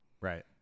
Right